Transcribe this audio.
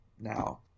now